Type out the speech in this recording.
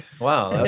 Wow